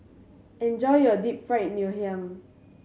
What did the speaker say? enjoy your Deep Fried Ngoh Hiang